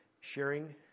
sharing